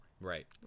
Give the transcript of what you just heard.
Right